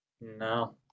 No